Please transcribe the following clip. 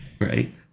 Right